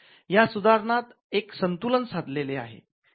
या सुधारणेत एक संतुलन साधलेले आहे